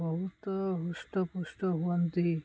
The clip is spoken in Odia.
ବହୁତ ହୃଷ୍ଟ ପୃଷ୍ଟ ହୁଅନ୍ତି